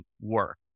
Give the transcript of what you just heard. work